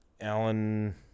Alan